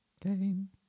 game